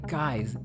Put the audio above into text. guys